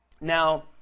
now